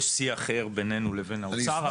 יש שיא אחר בינינו לבין האוצר,